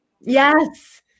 Yes